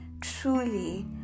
truly